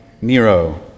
Nero